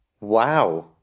Wow